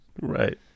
Right